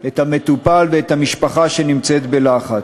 את המטופל ואת המשפחה שנמצאת בלחץ.